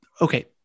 okay